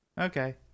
Okay